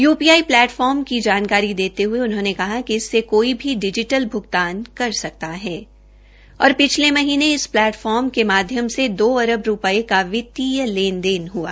UPI platform की जानकारी देते ह्ये उन्होंने कहा कि इससे कोई भी डिजीटल भ्गतान कर सकता है और पिछले महीनें इस पलैटफार्म के माध्यम से दो अरब रूपये वित्तीय लेन देन हुआ